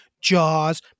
Jaws